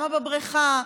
כמה בבריכה.